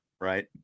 right